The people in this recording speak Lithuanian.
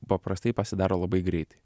paprastai pasidaro labai greitai